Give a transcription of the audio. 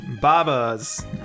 Baba's